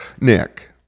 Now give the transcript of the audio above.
Nick